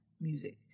music